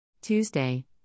Tuesday